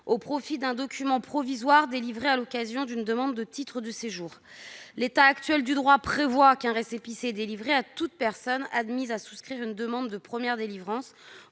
au profit d'un « document provisoire délivré à l'occasion d'une demande de titre de séjour ». L'état actuel du droit prévoit qu'un récépissé est délivré à toute personne admise à souscrire une demande de première délivrance